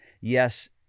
yes